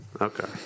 Okay